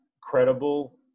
credible